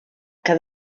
que